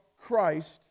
Christ